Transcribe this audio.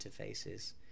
interfaces